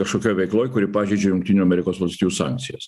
kažkokioj veikloj kuri pažeidžia jungtinių amerikos valstijų sankcijas